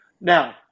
Now